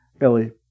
Ellie